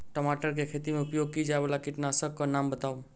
टमाटर केँ खेती मे उपयोग की जायवला कीटनासक कऽ नाम बताऊ?